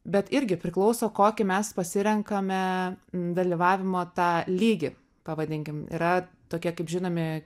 bet irgi priklauso kokį mes pasirenkame dalyvavimo tą lygį pavadinkim yra tokie kaip žinomi